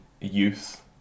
youth